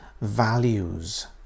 values